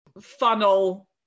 funnel